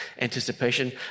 anticipation